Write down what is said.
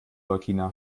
burkina